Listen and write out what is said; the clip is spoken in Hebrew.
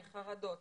מחרדות,